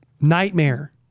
Nightmare